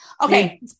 Okay